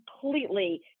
Completely